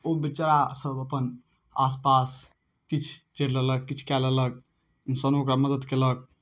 ओ बेचारासभ अपन आस पास किछु चड़ि लेलक किछु कए लेलक इन्सानो ओकरा मदद केलक